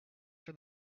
for